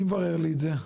מי מברר לי את זה?